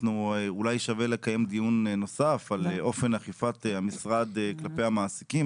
אולי שווה לקיים דיון נוסף על אופן אכיפת המשרד כלפי המעסיקים